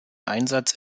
einsatz